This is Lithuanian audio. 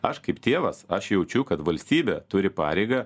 aš kaip tėvas aš jaučiu kad valstybė turi pareigą